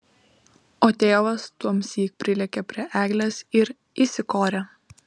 o tėvas tuomsyk prilėkė prie eglės ir įsikorė